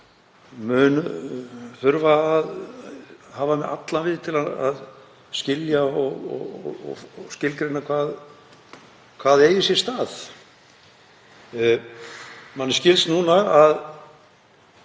mun þurfa að hafa mig allan við til að skilja og skilgreina hvað eigi sér stað. Manni skilst